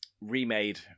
remade